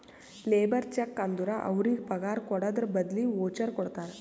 labour check ಅಂದುರ್ ಅವ್ರಿಗ ಪಗಾರ್ ಕೊಡದ್ರ್ ಬದ್ಲಿ ವೋಚರ್ ಕೊಡ್ತಾರ